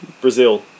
Brazil